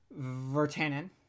Vertanen